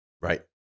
Right